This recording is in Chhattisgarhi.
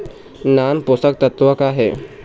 नान पोषकतत्व का हे?